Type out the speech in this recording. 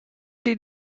did